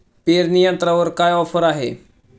पेरणी यंत्रावर काय ऑफर आहे?